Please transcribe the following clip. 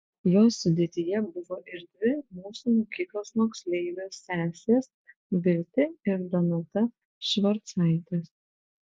jos sudėtyje buvo ir dvi mūsų mokyklos moksleivės sesės viltė ir donata švarcaitės